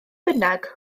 bynnag